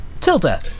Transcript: Tilda